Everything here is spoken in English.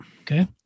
Okay